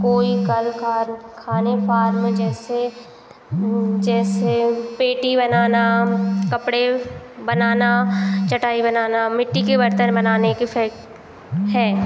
कोई कल का खाने ख्वाब में जैसे जैसे पेटी बनाना कपड़े बनाना चटाई बनाना मिट्टी की बर्तन बनाने की फेक्ट्री है